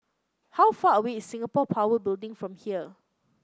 how far away is Singapore Power Building from here